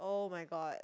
[oh]-my-god